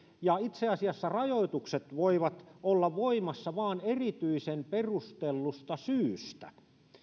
ja itse asiassa rajoitukset voivat olla voimassa vain erityisen perustellusta syystä